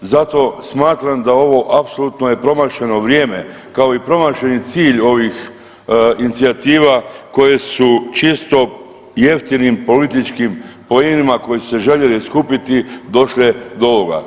Zato smatram da ovo apsolutno je promašeno vrijeme kao i promašeni cilj ovih inicijativa koje su često jeftinim političkim poenima koji su se željeli skupiti došle do ovoga.